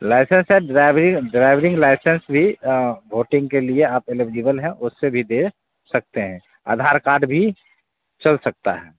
licence है driving driving licence भी voting के लिए आप एलेबजिबल है उससे भी दे सकते है आधार कार्ड भी चल सकता है